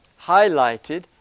highlighted